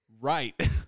Right